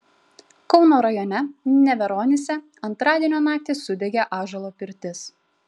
kauno rajone neveronyse antradienio naktį sudegė ąžuolo pirtis